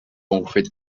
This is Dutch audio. ongeveer